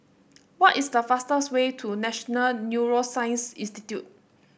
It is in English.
what is the fastest way to National Neuroscience Institute